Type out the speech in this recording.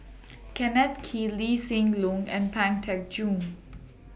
Kenneth Kee Lee Hsien Loong and Pang Teck Joon